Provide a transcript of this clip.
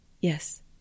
Yes